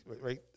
right